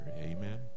amen